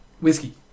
whiskey